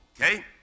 Okay